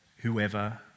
whoever